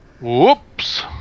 Whoops